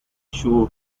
shore